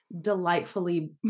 delightfully